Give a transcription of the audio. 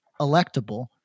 electable